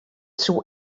soe